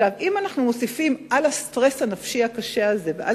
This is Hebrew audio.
אם אנחנו מוסיפים על ה"סטרס" הנפשי הקשה הזה ועל